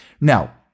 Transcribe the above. Now